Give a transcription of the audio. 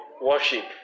worship